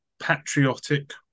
patriotic